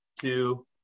two